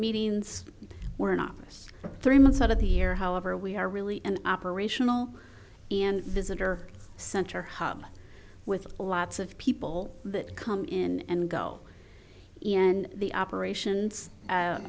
meetings were in office three months out of the year however we are really an operational and visitor center hub with lots of people that come in and go and the operations